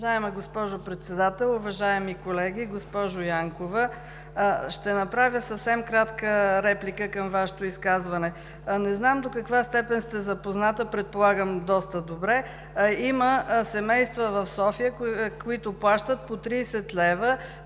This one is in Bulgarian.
Уважаема госпожо Председател, уважаеми колеги! Госпожо Янкова, ще направя съвсем кратка реплика към Вашето изказване. Не знам до каква степен сте запозната – предполагам доста добре. Има семейства в София, които плащат по 30 лв.